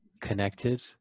connected